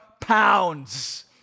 pounds